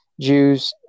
Jews